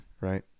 right